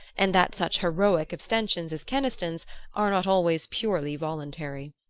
and that such heroic abstentions as keniston's are not always purely voluntary.